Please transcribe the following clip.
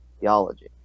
theology